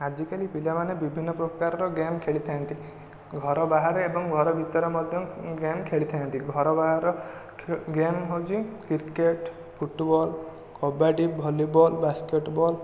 ଆଜିକାଲି ପିଲାମାନେ ବିଭିନ୍ନ ପ୍ରକାରର ଗେମ୍ ଖେଳିଥାନ୍ତି ଘର ବାହାରେ ଏବଂ ଘରେ ଭିତରେ ମଧ୍ୟ ଗେମ୍ ଖେଳିଥାନ୍ତି ଘର ବାହାରର ଗେମ୍ ହେଉଛି cricket football kabaddi volleyball basketball